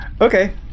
okay